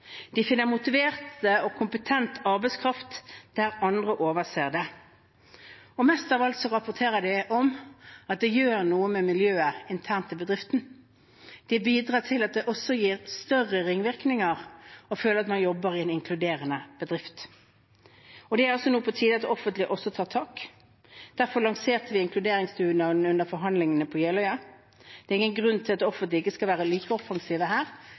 De finner motivert og kompetent arbeidskraft der andre overser det. Mest av alt rapporterer de om at det gjør noe med miljøet internt i bedriften. Det bidrar til at det også gir større ringvirkninger å føle at man jobber i en inkluderende bedrift. Det er på tide at det offentlige også tar tak. Derfor lanserte vi inkluderingsdugnaden under forhandlingene på Jeløya. Det er ingen grunn til at det offentlige ikke skal være like offensive her